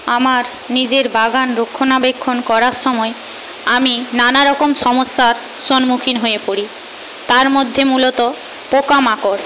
আমার নিজের বাগান রক্ষণাবেক্ষণ করার সময় আমি নানারকম সমস্যার সম্মুখীন হয়ে পরি তার মধ্যে মূলত পোকামাকড়